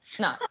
no